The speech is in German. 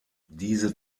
diese